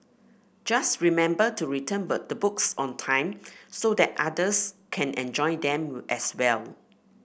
just remember to return the books on time so that others can enjoy them as well